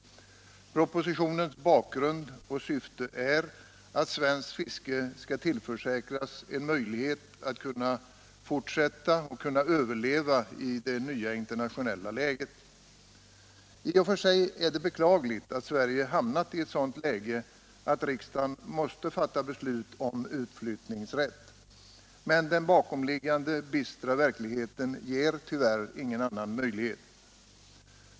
Propositionens bakgrund och syfte är att svenskt fiske skall tillförsäkras en möjlighet att kunna fortsätta och överleva i det nya internationella läget. I och för sig är det beklagligt att Sverige har hamnat i en sådan situation att riksdagen måste fatta beslut om utflyttningsrätt. Men den bakomliggande bistra verkligheten ger tyvärr ingen annan möjlighet.